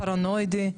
פרנואידי,